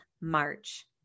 March